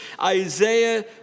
Isaiah